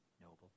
noble